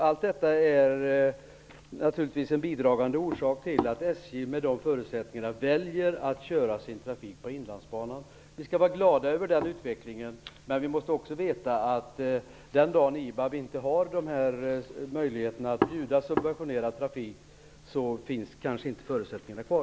Allt detta är naturligtvis en bidragande orsak till att SJ med dessa förutsättningar väljer att köra sin trafik på Inlandsbanan. Vi skall vara glada över den utvecklingen. Men vi måste också veta att den dagen IBAB inte har dessa möjligheter att erbjuda subventionerad trafik finns kanske inte förutsättningarna kvar.